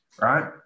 right